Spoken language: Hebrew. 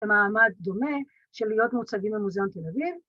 ‫המעמד דומה של להיות מוצגים ‫במוזיאון תל אביב.